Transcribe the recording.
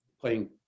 playing